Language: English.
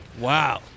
Wow